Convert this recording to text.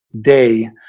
day